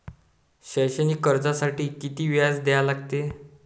शैक्षणिक कर्जासाठी किती व्याज द्या लागते?